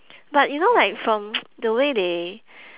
but you know like from the way they